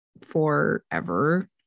forever